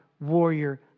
warrior